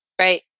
right